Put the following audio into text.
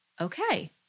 okay